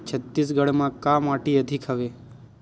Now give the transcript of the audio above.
छत्तीसगढ़ म का माटी अधिक हवे?